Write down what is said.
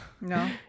no